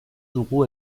dugu